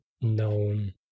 known